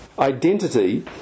Identity